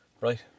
right